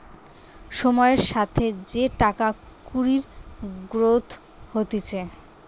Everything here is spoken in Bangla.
সময়ের সাথে যে টাকা কুড়ির গ্রোথ হতিছে